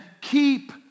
keep